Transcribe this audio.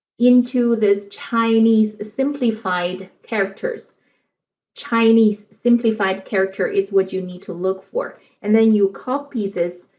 into this chinese simplified characters chinese simplified character is what you need to look for and then you copy this